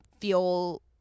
feel